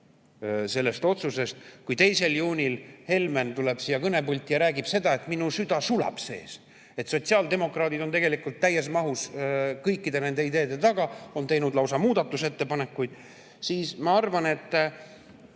sellelt otsuselt, kui 2. juunil Helmen tuleb siia kõnepulti ja räägib seda, et tema süda sulab sees, et sotsiaaldemokraadid on tegelikult täies mahus kõikide nende ideede taga, on teinud lausa muudatusettepanekuid. Ma arvan, et